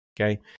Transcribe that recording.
Okay